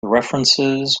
references